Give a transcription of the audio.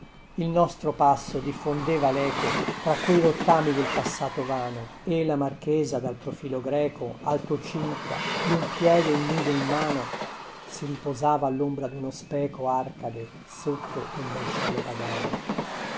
il nostro passo diffondeva leco tra quei rottami del passato vano e la marchesa dal profilo greco altocinta lun piede ignudo in mano si riposava allombra duno speco arcade sotto un bel cielo pagano